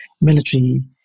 military